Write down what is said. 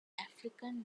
african